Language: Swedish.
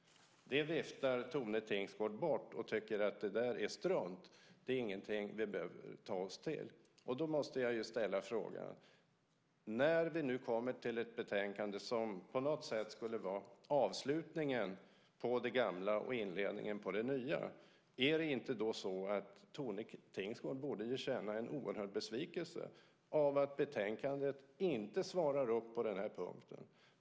Detta viftar Tone Tingsgård bort och tycker att det är strunt och ingenting som vi behöver ta till oss. Då måste jag ställa en fråga. När vi nu har ett betänkande som på något sätt skulle vara avslutningen på det gamla och inledningen på det nya, borde då inte Tone Tingsgård känna en oerhört stor besvikelse över att betänkandet inte svarar upp mot förväntningarna på denna punkt?